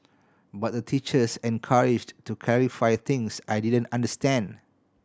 but the teachers encouraged to clarify things I didn't understand